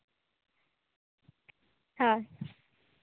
ᱦᱳᱭ